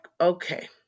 Okay